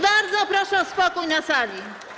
Bardzo proszę o spokój na sali.